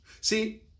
See